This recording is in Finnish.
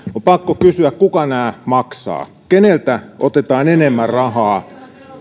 pakko kysyä kuka nämä maksaa keneltä otetaan enemmän rahaa